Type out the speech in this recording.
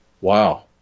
wow